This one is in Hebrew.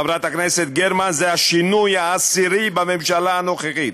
חברת הכנסת גרמן זה השינוי העשירי בממשלה הנוכחית.